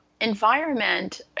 environment